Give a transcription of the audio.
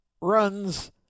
runs